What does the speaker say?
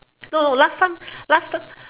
no no last time last time